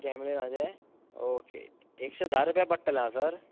केमलिनाचे okay एकशे धा रुपया पडटले आ सर